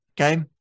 Okay